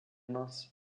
mince